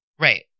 Right